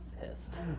Pissed